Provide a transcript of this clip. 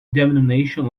denomination